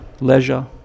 leisure